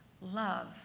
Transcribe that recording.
love